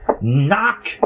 Knock